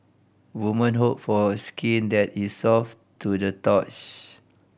woman hope for skin that is soft to the touch